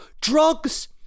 drugs